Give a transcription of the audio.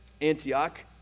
Antioch